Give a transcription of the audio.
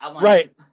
Right